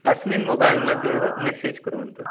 अस्मिन् मोबैल् मध्ये एव मेसेज् कुर्वन्तु